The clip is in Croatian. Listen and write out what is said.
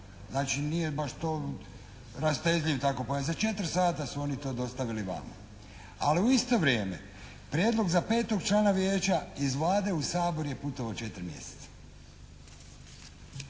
Znači nije to baš rastezljiv … /Ne razumije se./ … za četiri sata su oni to dostavili vama, ali u isto vrijeme prijedlog za petog člana vijeća iz Vlade u Sabor je putovao četiri mjeseca.